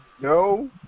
No